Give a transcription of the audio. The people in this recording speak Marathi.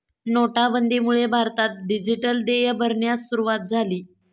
नोटाबंदीमुळे भारतात डिजिटल देय भरण्यास सुरूवात झाली